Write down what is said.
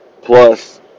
plus